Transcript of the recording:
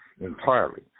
entirely